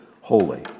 holy